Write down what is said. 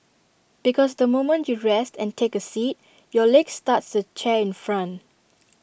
because the moment you rest and take A seat your legs touch the chair in front